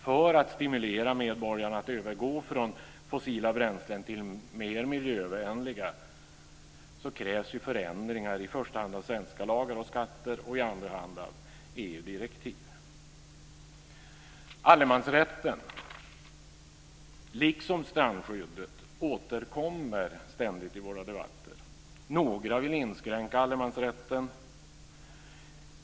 För att stimulera medborgarna att övergå från fossila bränslen till mer miljövänliga bränslen krävs förändringar i första hand av svenska lagar och skatter, i andra hand av EU-direktiv. Allemansrätten, liksom strandskyddet, återkommer ständigt i våra debatter. Några vill inskränka allemansrätten.